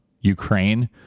Ukraine